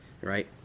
right